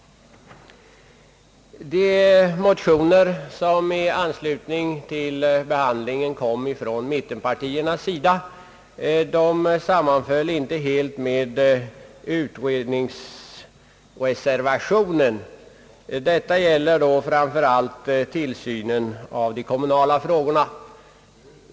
De motioner som i anslutning till behandlingen väckts av mittenpartierna sammanfaller inte helt med utredningsreservationen. Detta gäller framför allt tillsynen av den kommunala förvaltningen.